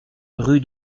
rue